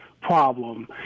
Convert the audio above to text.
problem